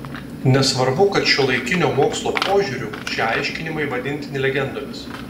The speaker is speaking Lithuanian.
nesvarbu kad šiuolaikinio mokslo požiūriu šie aiškinimai vadintini legendomis